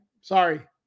sorry